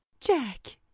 Jack